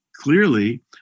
Clearly